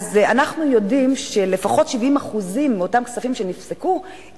אנחנו יודעים שלפחות 70% מאותם כספים שנפסקו,